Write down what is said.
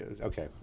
Okay